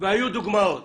היו דוגמאות